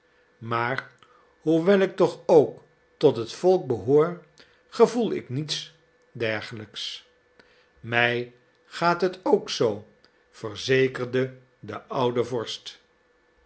maar hoewel ik toch ook tot het volk behoor gevoel ik niets dergelijks mij gaat het ook zoo verzekerde de oude vorst